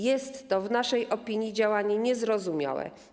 Jest to, w naszej opinii, działanie niezrozumiałe.